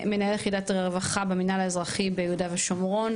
מנהל יחידת הרווחה במנהל האזרחי ביהודה ושומרון,